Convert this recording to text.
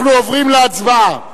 אנחנו עוברים להצבעה.